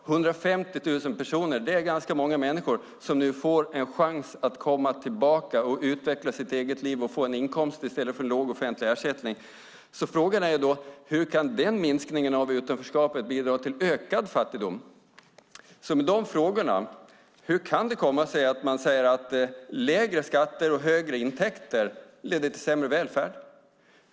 150 000 personer är ganska många människor som nu får en chans att komma tillbaka, utveckla sitt eget liv och få en inkomst i stället för låg offentlig ersättning. Frågan är alltså: Hur kan denna minskning av utanförskapet bidra till ökad fattigdom? Mina frågor är: Hur kan det komma sig att man säger att lägre skatter och högre intäkter leder till sämre välfärd?